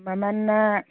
ꯃꯃꯜꯅ